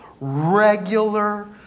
regular